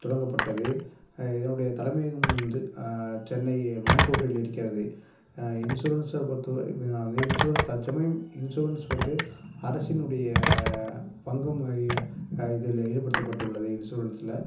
தொடங்கப்பட்டது இதனுடைய தலைமையகமும் வந்து சென்னை மவுண்ட்ரோட்டில் இருக்கிறது இன்ஷூரன்ஸை பொறுத்த வந்து இன்ஷூரன்ஸ் தற்சமயம் இன்ஷூரன்ஸ் வந்து அரசினுடைய பங்கும் இ இதில் ஈடுபடுத்தப்பட்டுள்ளது இன்ஷூரன்ஸ்ல